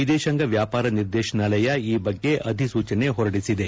ವಿದೇಶಾಂಗ ವ್ಯಾಪಾರ ನಿರ್ದೇಶನಾಲಯ ಈ ಬಗ್ಗೆ ಅಧಿಸೂಚನೆ ಹೊರಡಿಸಿದೆ